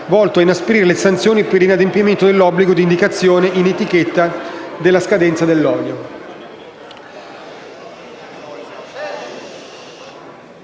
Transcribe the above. volto a inasprire le sanzioni per l'inadempimento dell'obbligo di indicazione in etichetta della scadenza dell'olio.